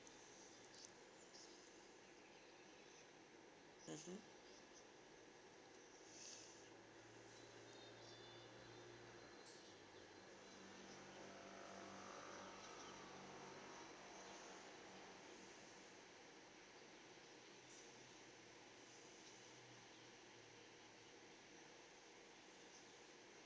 mmhmm